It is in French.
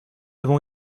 avons